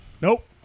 Nope